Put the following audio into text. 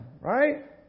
Right